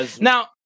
Now